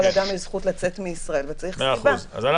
אדם יש זכות לצאת מישראל וצריך סיבה למניעה.